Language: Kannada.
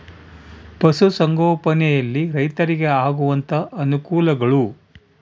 ಪಶುಸಂಗೋಪನೆಯಲ್ಲಿ ರೈತರಿಗೆ ಆಗುವಂತಹ ಅನುಕೂಲಗಳು?